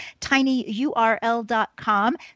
tinyurl.com